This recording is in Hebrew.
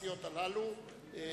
ובל"ד.